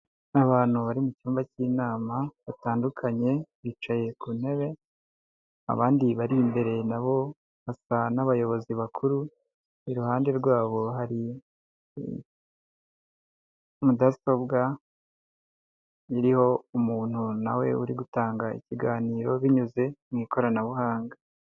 Abantu bari mu cyumba cy'inama batandukanye, bicaye ku ntebe abandi bari imbere na bo basa n'abayobozi bakuru, iruhande rwabo hari mudasobwa iriho umuntu na we uri gutanga ikiganiro binyuze mu ikoranabuhanga.